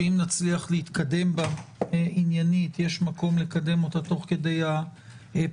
שאם נצליח להתקדם בה עניינית יש מקום לקדם אותה תוך כדי הפגרה.